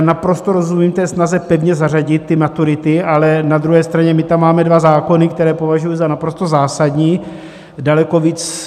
Naprosto rozumím snaze pevně zařadit ty maturity, ale na druhé straně my tam máme dva zákony, které považuji za naprosto zásadní daleko víc.